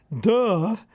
Duh